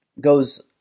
goes